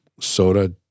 soda